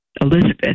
Elizabeth